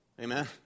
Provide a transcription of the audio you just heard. Amen